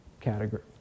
category